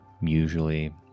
usually